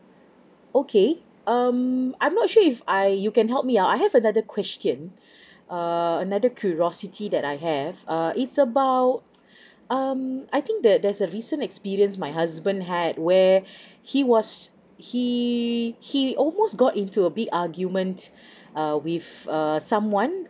okay um I'm not sure if I you can help me out I have another question err another curiosity that I have uh it's about um I think the there's a recent experience my husband had where he was he he almost got into a big argument err with err someone